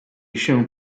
się